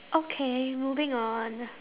okay moving on